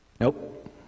Nope